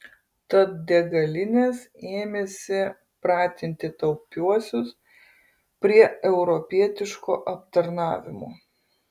tad degalinės ėmėsi pratinti taupiuosius prie europietiško aptarnavimo